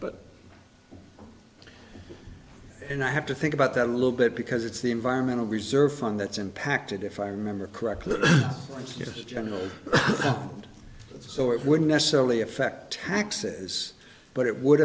but and i have to think about that a little bit because it's the environmental reserve fund that's impacted if i remember correctly and yes general so it wouldn't necessarily affect taxes but it would